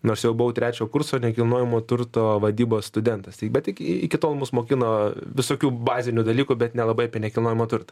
nors jau buvau trečio kurso nekilnojamo turto vadybos studentas taip bet tik iki tol mus mokino visokių bazinių dalykų bet nelabai apie nekilnojamą turtą